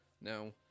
now